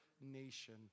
nation